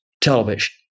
television